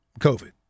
COVID